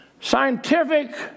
scientific